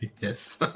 Yes